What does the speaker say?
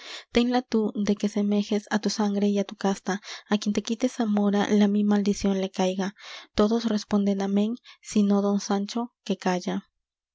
ténla tú de que semejes á tu sangre y á tu casta á quien te quite zamora la mi maldición le caiga todos responden amen sino don sancho que calla